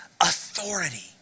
authority